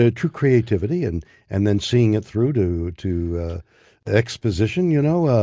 ah true creativity and and then seeing it through to to exposition. you know,